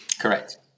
Correct